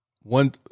one